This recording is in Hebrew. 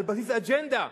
על בסיס אג'נדה.